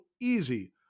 easy